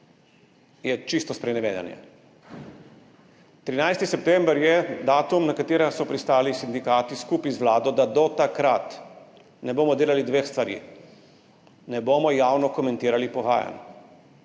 je čisto sprenevedanje. 13. september je datum, na katerega so pristali sindikati skupaj z vlado, da do takrat ne bomo delali dveh stvari. Ne bomo javno komentirali pogajanj,